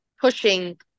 pushing